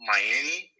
Miami